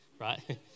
right